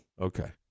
Okay